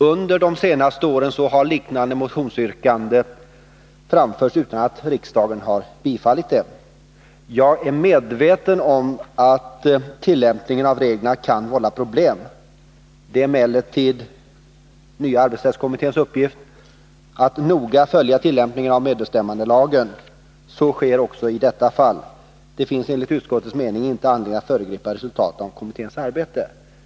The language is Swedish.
Under de senaste åren har liknande motionsyrkanden framförts, utan att riksdagen har bifallit dem. Jag är medveten om att tillämpningen av reglerna kan vålla problem. Det är emellertid den nya arbetsrättskommitténs uppgift att noga följa tillämpningen av medbestämmandelagen. Så sker också i detta fall. Det finns enligt utskottets mening inte anledning att föregripa resultatet av kommitténs arbete.